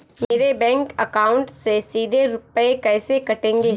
मेरे bank account से सीधे रुपए कैसे कटेंगे?